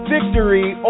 Victory